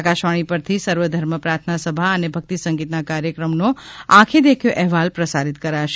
આકાશવાણી પરથી સર્વ ધર્મ પ્રાર્થના સભા અને ભકિત સંગીતના કાર્યક્રમનો આંખે દેખ્યો અહેવાલ પ્રસારિત કરાશે